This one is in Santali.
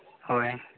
ᱦᱳᱭ